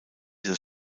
das